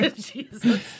Jesus